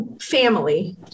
family